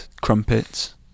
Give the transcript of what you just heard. crumpets